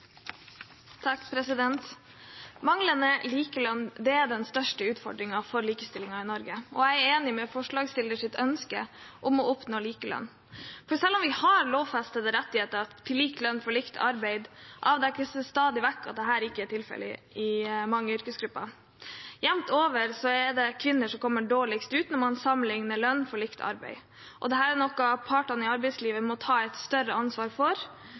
den største utfordringen for likestillingen i Norge. Jeg er enig i forslagstillernes ønske om å oppnå likelønn. For selv om vi har lovfestede rettigheter til lik lønn for likt arbeid, avdekkes det stadig vekk at dette ikke er tilfellet i mange yrkesgrupper. Jevnt over er det kvinner som kommer dårligst ut når man sammenligner lønn for likt arbeid. Dette er noe partene i arbeidslivet må ta et større ansvar for,